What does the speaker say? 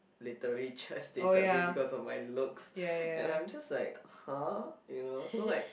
literally just dated me because of my looks and I'm just like !huh! you know so like